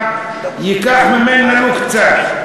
גם ייקח ממנה הוא קצת.